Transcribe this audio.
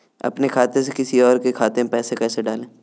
अपने खाते से किसी और के खाते में पैसे कैसे डालें?